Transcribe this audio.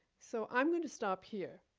so i'm going to stop here.